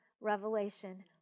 Revelation